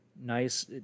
nice